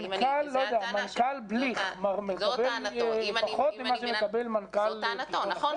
מנכ"ל בליך מקבל פחות ממה שמקבל מנכ"ל תיכון אחר?